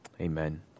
Amen